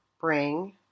bring